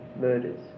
murders